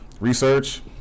Research